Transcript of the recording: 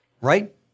right